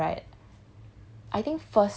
but when she come in here right